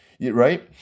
right